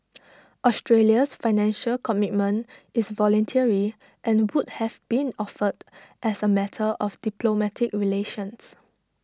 Australia's Financial Commitment is voluntary and would have been offered as A matter of diplomatic relations